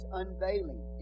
unveiling